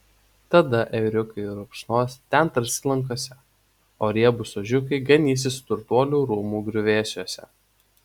tada ėriukai rupšnos ten tarsi lankose o riebūs ožiukai ganysis turtuolių rūmų griuvėsiuose